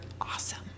awesome